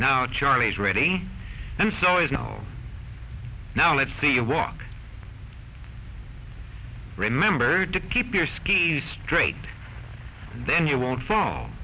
now charlie is ready and so is no now let's see you walk remember to keep your skis straight and then you won't fall